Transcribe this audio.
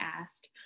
asked